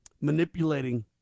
manipulating